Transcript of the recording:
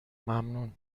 ممنون